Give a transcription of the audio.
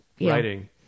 writing